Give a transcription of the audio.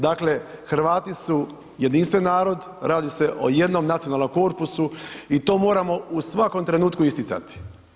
Dakle, Hrvati su jedinstveni narod, radi se o jednom nacionalnom korpusu i to moramo u svakom trenutku isticati.